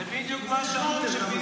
מי זה החלטתם?